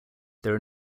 there